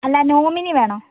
അല്ല നോമിനി വേണോ